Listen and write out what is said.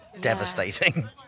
devastating